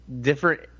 different